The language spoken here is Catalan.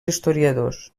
historiadors